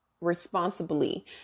responsibly